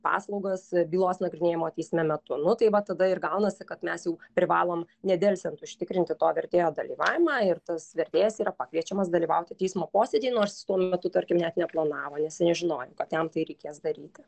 paslaugas bylos nagrinėjimo teisme metu nu tai va tada ir gaunasi kad mes jau privalom nedelsiant užtikrinti to vertėjo dalyvavimą ir tas vertėjas yra pakviečiamas dalyvauti teismo posėdyje nors tuo metu tarkim net neplanavo nes nežinojau kad jam tai reikės daryti